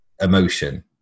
emotion